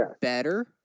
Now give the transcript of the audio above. better